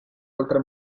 oltre